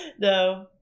no